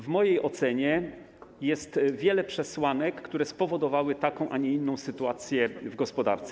W mojej ocenie jest wiele przesłanek, które spowodowały taką a nie inną sytuację w gospodarce.